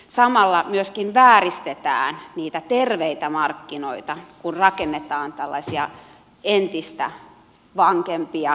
samalla myöskin vääristetään niitä terveitä markkinoita kun rakennetaan tällaisia entistä vankempia tukijärjestelmiä